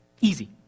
Easy